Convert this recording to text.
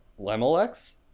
Lemolex